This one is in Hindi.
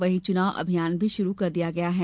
वहीं चुनाव अभियान भी शुरू कर दिया गया है